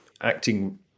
Acting